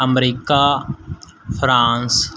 America France